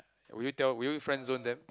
would you tell would you Friendzone them